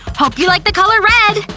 hope you like the color red!